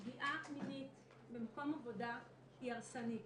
פגיעה מינית במקום עבודה היא הרסנית.